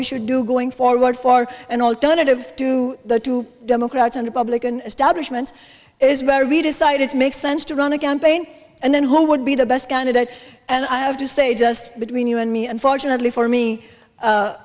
we should do going forward for an alternative to the two democrats and republican establishment is very decided to make sense to run a campaign and then who would be the best candidate and i have to say just between you and me and fortunately for me